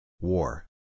War